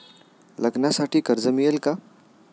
लग्नासाठी कर्ज मिळेल का?